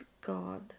God